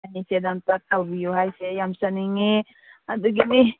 ꯑꯗꯨꯏ ꯏꯆꯦꯗ ꯑꯝꯇꯥ ꯇꯧꯕꯤꯌꯨ ꯍꯥꯏꯁꯦ ꯑꯩ ꯌꯥꯝ ꯆꯥꯅꯤꯡꯉꯦ ꯑꯗꯨꯒꯤꯅꯤ